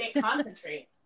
Concentrate